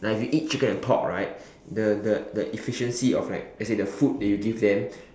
like if you eat chicken and pork right the the the efficiency of like let's say the food that you give them